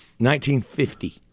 1950